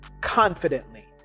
confidently